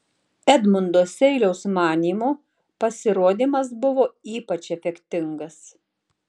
edmundo seiliaus manymu pasirodymas buvo ypač efektingas